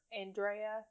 Andrea